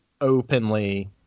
openly